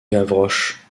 gavroche